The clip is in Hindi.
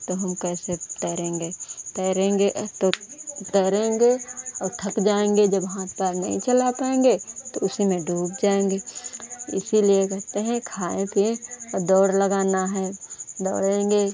तो हम कैसे तैरेंगे तैरेंगे तो तैरेंगे औ थक जाएंगे जब हाथ पैर नहीं चला पाएंगे तो उसी में डूब जाएंगे इसलिए कहते हैं खाएं पिएं और दौड़ लगाना है दौड़ेंगे